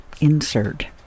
insert